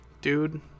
dude